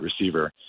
receiver